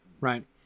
right